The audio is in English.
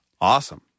Awesome